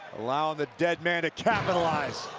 allowing the deadman to capitalize.